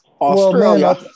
Australia